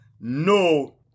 no